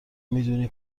میدونی